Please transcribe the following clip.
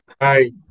Hi